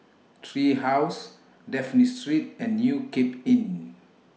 Tree House Dafne Street and New Cape Inn